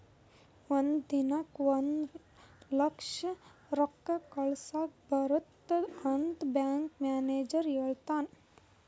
ಒಂದ್ ದಿನಕ್ ಒಂದ್ ಲಕ್ಷ ರೊಕ್ಕಾ ಕಳುಸ್ಲಕ್ ಬರ್ತುದ್ ಅಂತ್ ಬ್ಯಾಂಕ್ ಮ್ಯಾನೇಜರ್ ಹೆಳುನ್